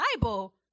Bible